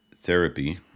therapy